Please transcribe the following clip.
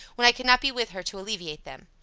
when i could not be with her to alleviate them.